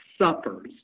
suffers